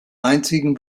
einzigen